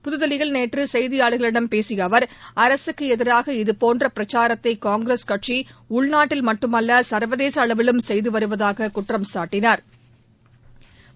புதுதில்லியில் நேற்று செய்தியாளர்களிடம் பேசிய அவர் அரசுக்கு எதிராக இதேபோன்ற பிரச்சாரத்தை காங்கிரஸ் கட்சி உள்நாட்டில் மட்டுமல்ல சா்வதேச அளவிலும் செய்து வருவதாக குற்றம் சாட்டினா்